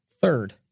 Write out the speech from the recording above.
third